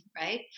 right